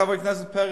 חבר הכנסת פרץ,